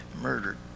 murdered